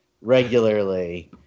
regularly